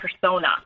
persona